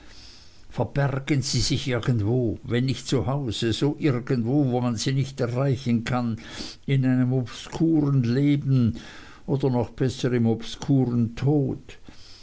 verbergen sie sich irgendwo wenn nicht zu hause so irgendwo wo man sie nicht erreichen kann in einem obskuren leben oder noch besser im obskuren tod